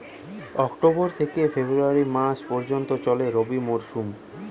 October থেকে ফেব্রুয়ারি মাস পর্যন্ত চলে রবি মরসুম